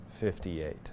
58